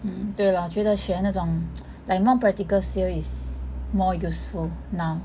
mm 对啦觉得选那种 like more practical skill is more useful now